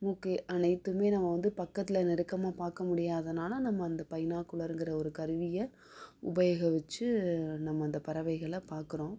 மூக்கு அனைத்துமே நம்ம வந்து பக்கத்தில் நெருக்கமாக பார்க்க முடியாதனால் நம்ம அந்த பைனாக்குலருங்கிற ஒரு கருவியயை உபயோகத்து நம்ம அந்த பறவைகளை பார்க்குறோம்